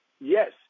Yes